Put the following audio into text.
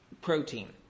protein